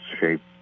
shape